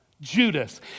Judas